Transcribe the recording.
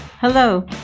Hello